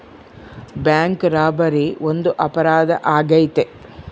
bank robbery ಒಂದು ಅಪರಾಧ ಆಗೈತೆ